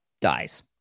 dies